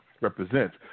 represents